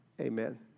Amen